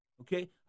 Okay